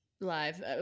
Live